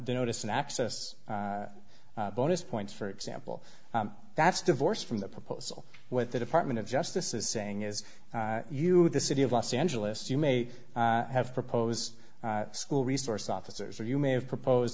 notice and access bonus points for example that's divorced from the proposal with the department of justice is saying is you the city of los angeles you may have proposed school resource officers or you may have proposed